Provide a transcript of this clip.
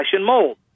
mold